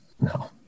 No